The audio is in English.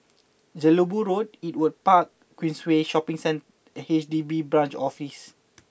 Jelebu Road Ewart Park Queensway Shopping Centre H D B Branch Office